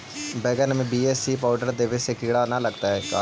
बैगन में BAC powder देबे से किड़ा न लगतै का?